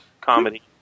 comedy